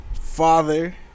Father